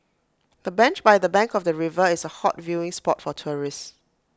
the bench by the bank of the river is A hot viewing spot for tourists